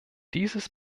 dieses